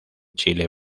chile